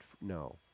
no